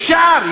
אפשר,